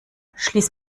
schließ